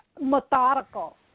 Methodical